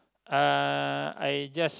uh I just